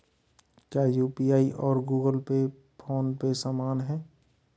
क्या यू.पी.आई और Google Pay PhonePe समान हैं?